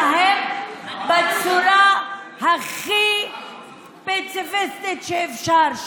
האנשים אלה נאבקים על החירות שלהם בצורה הכי פציפיסטית שאפשר.